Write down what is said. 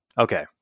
Okay